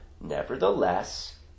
Nevertheless